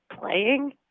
playing